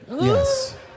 Yes